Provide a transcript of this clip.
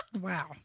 wow